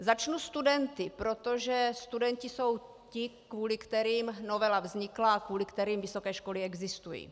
Začnu studenty, protože studenti jsou ti, kvůli kterým novela vznikla a kvůli kterým vysoké školy existují.